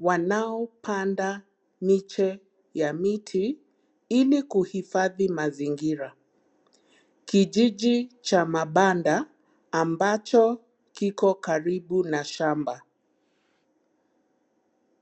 wanaopanda miche ya miti ili kuhifadhi mazingira. Kijiji cha mabanda ambacho kiko karibu na shamba.